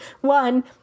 One